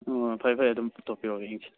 ꯑꯣ ꯐꯩ ꯐꯩ ꯑꯗꯨꯝ ꯄꯨꯊꯣꯛꯄꯤꯔꯛꯑꯣ ꯌꯦꯡꯁꯤ